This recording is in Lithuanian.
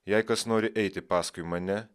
jei kas nori eiti paskui mane